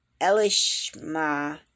Elishma